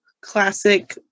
classic